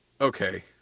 okay